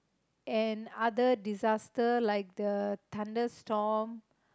and other disaster like the thunderstorm